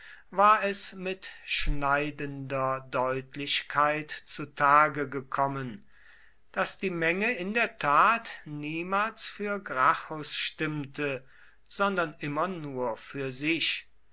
war es mit schneidender deutlichkeit zu tage gekommen daß die menge in der tat niemals für gracchus stimmte sondern immer nur für sich